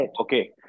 Okay